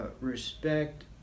respect